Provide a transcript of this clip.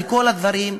בכל הדברים האלה,